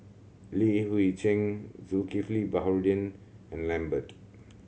Li Hui Cheng Zulkifli Baharudin and Lambert